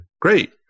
great